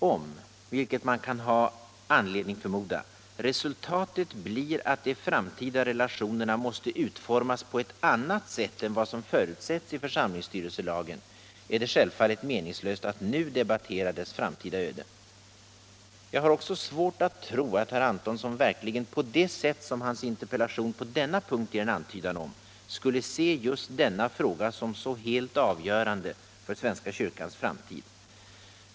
Om — vilket man kan ha anledning att förmoda — resultatet blir att de framtida relationerna måste utformas på ett annat sätt än vad som förutsätts i församlingsstyrelselagen, är det självfallet meningslöst att nu debattera dess framtida öde. Jag har också svårt att tro att herr Antonsson verkligen på det sättet som hans interpellation på denna punkt ger en antydan om skulle se just denna fråga som så helt avgörande för svenska kyrkans framtid.